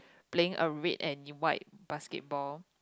playing a red and white basketball